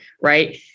Right